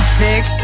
fix